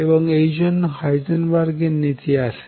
এবং এই জন্য হাইজেনবার্গ এর নীতি আসে